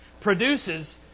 produces